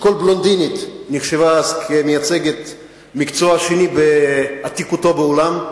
כשכל בלונדינית נחשבה אז כמייצגת המקצוע השני בעתיקותו בעולם.